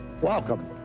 welcome